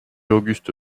auguste